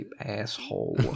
asshole